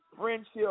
friendship